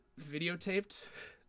videotaped